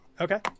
Okay